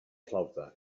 flauta